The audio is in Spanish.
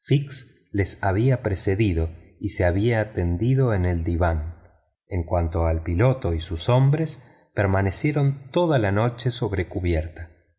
les había precedido y se había tendido en el diván en cuanto al piloto y sus hombres permanecieron toda la noche sobre cubierta